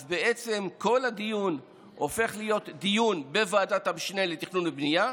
אז בעצם כל הדיון הופך להיות דיון בוועדת המשנה לתכנון ובנייה,